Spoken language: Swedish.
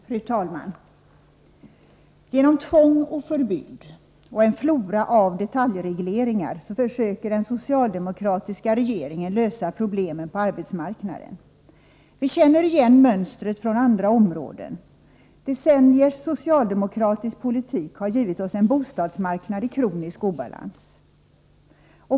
Fru talman! Genom tvång och förbud och genom en flora av detaljregleringar försöker den socialdemokratiska regeringen lösa problemen på arbetsmarknaden. Vi känner igen mönstret från andra områden. Decenniers socialdemokratisk politik har givit oss en bostadsmarknad i kronisk obalans.